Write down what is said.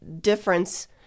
difference